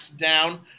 down